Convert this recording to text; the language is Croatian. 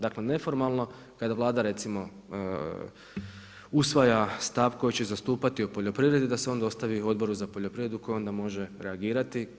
Dakle, neformalno kada Vlada recimo usvaja stav koji će zastupati o poljoprivredi da se onda ostavi Odboru za poljoprivredu koji onda može reagirati.